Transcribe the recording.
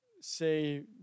say